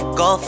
go